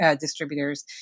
distributors